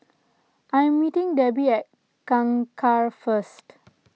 I am meeting Debi at Kangkar first